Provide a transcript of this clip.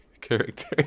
character